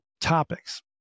topics